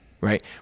right